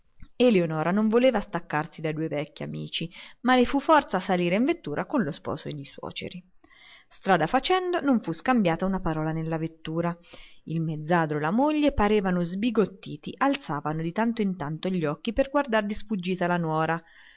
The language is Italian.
eleonora non voleva staccarsi dai due vecchi amici ma le fu forza salire in vettura con lo sposo e coi suoceri strada facendo non fu scambiata una parola nella vettura il mezzadro e la moglie parevano sbigottiti alzavano di tanto in tanto gli occhi per guardar di sfuggita la nuora